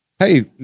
hey